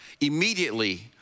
Immediately